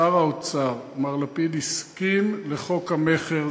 שר האוצר, מר לפיד, הסכים לחוק המכר.